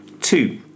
two